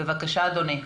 בבקשה, אדוני.